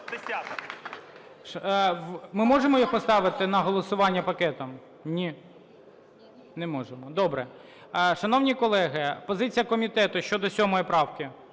Ми можемо їх поставити на голосування пакетом? Ні, не можемо. Добре. Шановні колеги, позиція комітету щодо 7 правки.